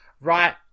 right